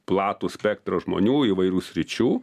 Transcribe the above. platų spektrą žmonių įvairių sričių